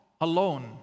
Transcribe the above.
alone